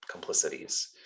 complicities